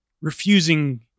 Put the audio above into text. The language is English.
refusing